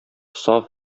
саф